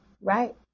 Right